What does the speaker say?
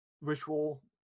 ritual